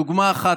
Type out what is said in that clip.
דוגמה אחת.